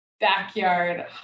backyard